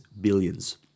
billions